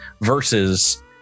versus